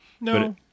No